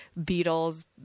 beatles